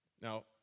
Now